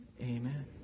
Amen